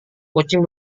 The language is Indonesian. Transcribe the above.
kucing